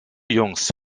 jungs